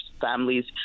families